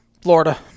Florida